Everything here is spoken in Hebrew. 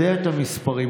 יודע את המספרים.